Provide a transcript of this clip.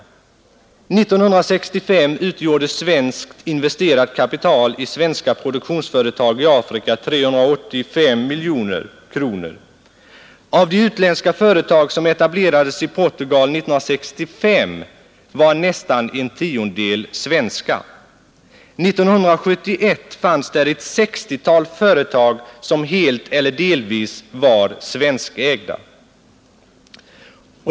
1965 utgjorde svenskt investerat kapital i svenska produktionsföretag i Afrika 385 miljoner kronor. Av de utländska företag som etablerades i Portugal 1965 var nästan en tiondel svenska. 1971 fanns där ett 60-tal företag som helt eller delvis var svenskägda.